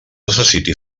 necessiti